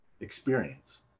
experience